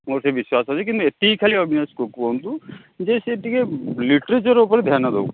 ମୋର ସେ ବିଶ୍ୱାସ ଅଛି କିନ୍ତୁ ଏତିକି ଖାଲି ଅବିନାଶକୁ କୁହନ୍ତୁ ଯେ ସିଏ ଟିକେ ଲିଟ୍ରେଚର୍ ଉପରେ ଧ୍ୟାନ ଦେଉ